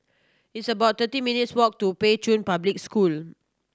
it's about thirty minutes' walk to Pei Chun Public School